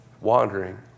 wandering